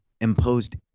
imposed